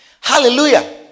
Hallelujah